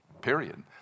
Period